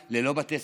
ללא תשתיות חשמל,